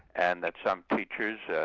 and that some teachers, yeah